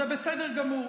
זה בסדר גמור,